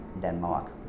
Denmark